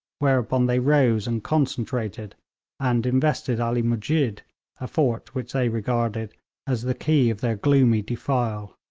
whereupon they rose and concentrated and invested ali musjid, a fort which they regarded as the key of their gloomy defile.